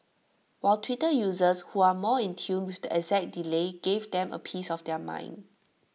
while Twitter users who are more in tune with the exact delay gave them A piece of their mind